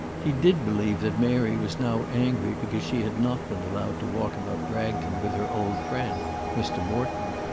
he did believe that mary was now angry because she had not been allowed to walk about bragton with her old friend mr. morton.